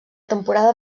temporada